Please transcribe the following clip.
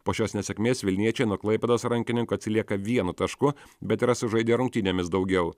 po šios nesėkmės vilniečiai nuo klaipėdos rankininkų atsilieka vienu tašku bet yra sužaidę rungtynėmis daugiau